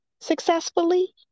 successfully